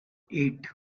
eight